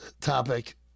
topic